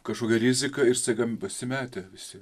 kažkokia rizika išsigandę pasimetę visi